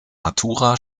matura